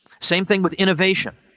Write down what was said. same thing with innovation.